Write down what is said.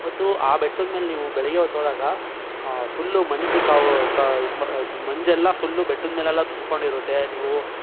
ಮತ್ತು ಆ ಬೆಟ್ಟದ್ಮೇಲೆ ನೀವು ಬೆಳಗ್ಗೆ ಹೊತ್ತು ಹೋದಾಗ ಫುಲ್ಲು ಮಂಜು ಕವ್ ಕ ಇದು ಮಂಜೆಲ್ಲ ಫುಲ್ಲು ಬೆಟ್ಟದ್ಮೇಲೆಲ್ಲ ತುಂಬ್ಕೊಂಡಿರುತ್ತೆ ನೀವು